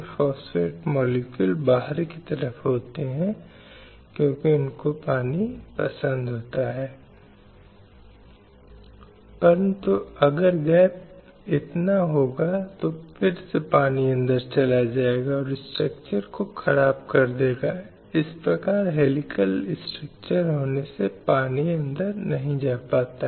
ऐसी संस्थाओं को प्रभावी ढंग से बनाए रखा जाता है उपयुक्त कानून अस्तित्व में हैं और कानूनों के प्रभावी कार्यान्वयन के माध्यम से इस उद्देश्य को प्राप्त किया जा सकता है जिससे महिलाओं के खिलाफ हिंसा को कम किया जा सकता है